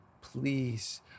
please